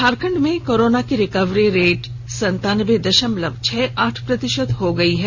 झारखंड में कोरोना की recovery rate संतानबे दशमलव छह आठ प्रतिशत हो गई है